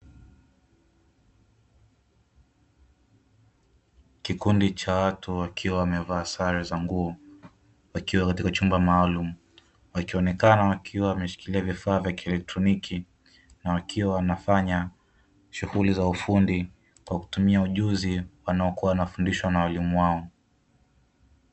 Kikundi cha watu wakiwa wamevaa sare za nguo wakiwa katika chumba maalumu, wakionekana wakiwa wameshika vifaa vya kieletroniki, na wakiwa wanafanya shughuli za ufundi kwa kutumia ujuzi wanaokuwa wanafundishwa na mwalimu wao.